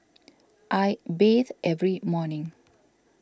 I bathe every morning